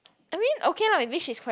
I mean okay lah maybe she's quite